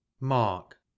mark